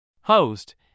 Host